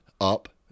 up